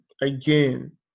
again